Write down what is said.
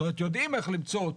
זאת אומרת, יודעים איך למצוא אותי.